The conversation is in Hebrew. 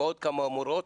ועוד כמה מורות,